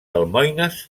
almoines